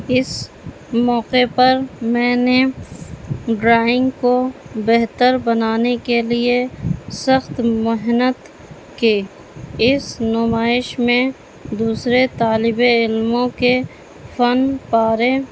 اس موقعے پر میں نے ڈرائنگ کو بہتر بنانے کے لیے سخت محنت کی اس نمائش میں دوسرے طالب علموں کے فن پارے